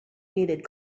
needed